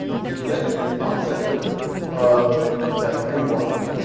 we get the offset width of that green block,